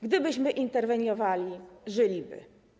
Gdybyśmy interweniowali, żyliby.